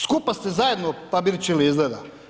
Skupa ste zajedno pabirčili, izgleda.